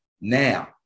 Now